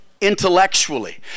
intellectually